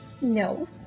No